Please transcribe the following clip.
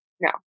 No